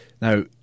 now